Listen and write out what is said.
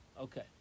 Okay